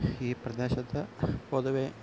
ഈ പ്രദേശത്ത് പൊതുവേ